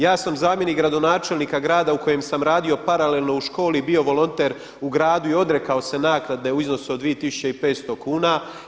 Ja sam zamjenik gradonačelnika grada u kojem sam radio paralelno u školi i bio volonter u gradu i odrekao se naknade u iznosu od 2500 kuna.